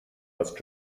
als